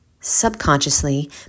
subconsciously